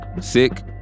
sick